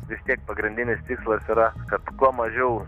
vis tiek pagrindinis tikslas yra kad kuo mažiau